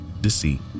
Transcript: deceit